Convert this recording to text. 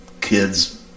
kids